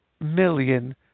million